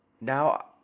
now